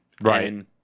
Right